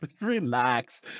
relax